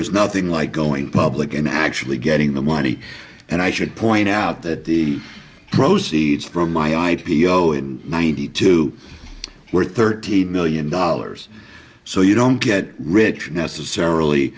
is nothing like going public and actually getting the money and i should point out that the proceeds from my i p o in ninety two were thirteen million dollars so you don't get rich necessarily